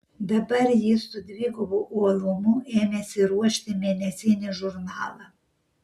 dabar jis su dvigubu uolumu ėmėsi ruošti mėnesinį žurnalą